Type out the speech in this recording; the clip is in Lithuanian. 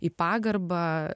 į pagarbą